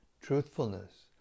truthfulness